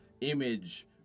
image